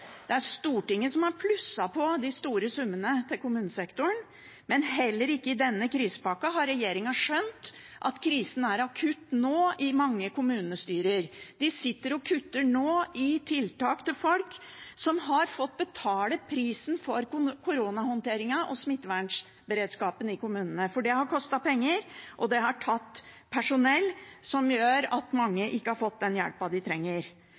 Det er Stortinget som har plusset på de store summene til kommunesektoren. Men heller ikke i denne krisepakka har regjeringen skjønt at krisen nå er akutt i mange kommunestyrer. De sitter nå og kutter i tiltak til folk som har fått betale prisen for koronahåndteringen og smittevernberedskapen i kommunene. For det har kostet penger, og det har tatt personell, som gjør at mange ikke har fått den hjelpen de trenger.